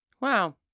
Wow